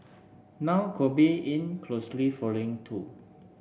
now Kobe in closely following too